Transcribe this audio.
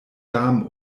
darm